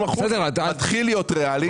30% מתחילים להיות ריאליים.